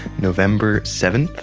november seventh,